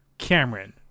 cameron